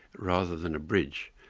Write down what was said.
rather than a breach,